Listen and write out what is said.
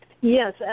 Yes